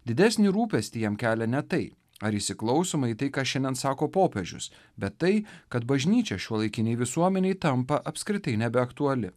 didesnį rūpestį jam kelia ne tai ar įsiklausoma į tai ką šiandien sako popiežius bet tai kad bažnyčia šiuolaikinei visuomenei tampa apskritai nebeaktuali